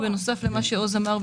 בנוסף למה שעוז לוי אמר,